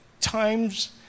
times